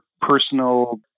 personal